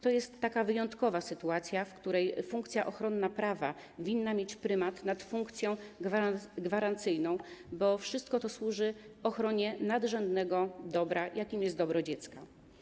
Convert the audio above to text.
To jest wyjątkowa sytuacja, w której funkcja ochronna prawa winna mieć prymat nad funkcją gwarancyjną, bo wszystko to służy ochronie nadrzędnego dobra, jakim jest dobro dziecka.